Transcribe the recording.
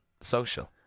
social